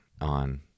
on